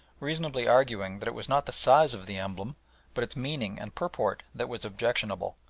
reasonably arguing that it was not the size of the emblem but its meaning and purport that was objectionable.